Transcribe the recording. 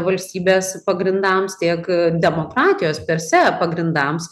valstybės pagrindams tiek demokratijos per se pagrindams